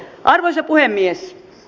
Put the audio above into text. arvoisa puhemies